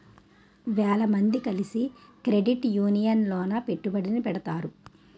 వేల మంది కలిసి క్రెడిట్ యూనియన్ లోన పెట్టుబడిని పెడతారు